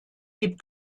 gibt